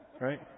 right